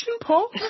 Paul